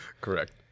Correct